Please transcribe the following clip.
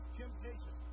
temptation